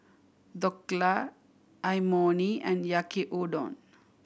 Dhokla Imoni and Yaki Udon